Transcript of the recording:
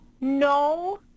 no